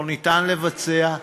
לא ניתן לבצע.